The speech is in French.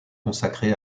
consacrée